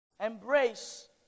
Embrace